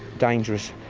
dangerous,